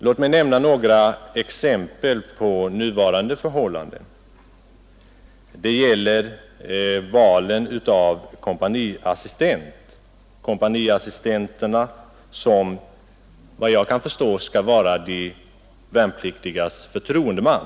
Låt mig nämna några exempel på hur det nu går till. Det första exemplet gäller val av kompaniassistent. Denne skall enligt vad jag förstår 51 vara de värnpliktigas förtroendeman.